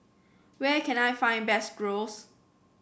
where can I find best Gyros